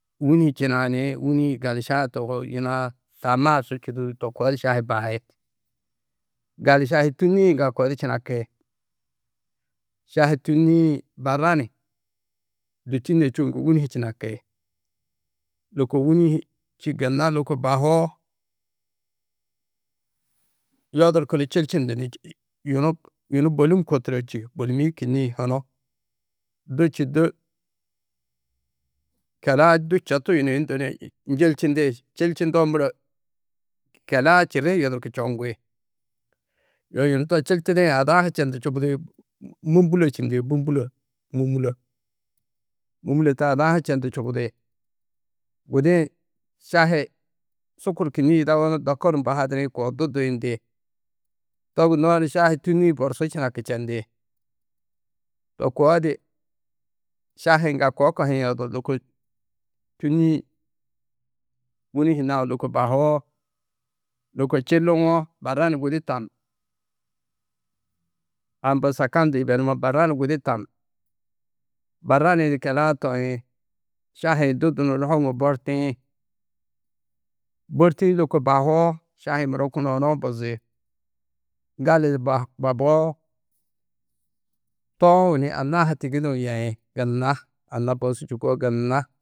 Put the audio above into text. Wûni hi činaa ni wûni-ĩ gališaa tohoo yunu-ã taamma ha su čûdudu to koodi šahi bahi. Gali šahi tûnnii-ĩ ŋga koo di činaki, šahi tûnnii-ĩ barrani du tînne čûuŋgu wûni hi činaki. Lôko wûni hi či gunna lôko bahoo yodurku ni čilčundu ni yunu yunu, bôlum ko turo či bôlimiĩ kînniĩ hunu du či du kele-ã du četu yunu yundu ni njilčindi šilčundoo muro, kele-ã čirri hi yodurku čoŋgi. Yoo yunu to čiltidi ada-ã ha čendu čubudi mûmbulo čindi bûmbulo mûŋulo mûŋulö to ada-ã ha čendu čubudi gudi-ĩ šahi sukur kînniĩ yidawo dakur mbo hadiri ko du duyindi too gunnó ni, šahi tûnni-ĩ borsu činaki čendi to koo di šahi-ĩ ŋga koo kohiĩ odu lôko tûnni-ĩ wûni hi naũ lôko bahoo lôko čiliwo barrani gudi tam a mbo sakan du yibenumo barrani gudi tam. Barrani-ĩ du kele-ã toi šahi-ĩ du dunuũ hoŋuũ bortiĩ bortîi lôko bahoo šahi-ĩ muro kunu eneũ bozi gali di bahoo toũ ni anna ha tigiiduũ yeĩ gunna anna bosu čîko günna.